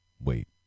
wait